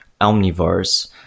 omnivores